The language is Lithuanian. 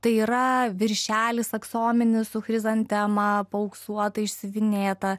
tai yra viršelis aksominis su chrizantema paauksuota išsiuvinėta